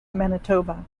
manitoba